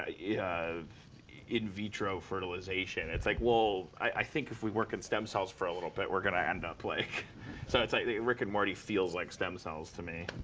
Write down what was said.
ah yeah in vitro fertilization? it's like, well, i think if we work in stem cells for a little bit, we're going to end up, like so it's like, rick and morty feels like stem cells to me.